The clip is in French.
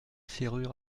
serrure